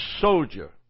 soldier